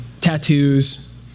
tattoos